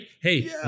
Hey